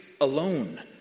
alone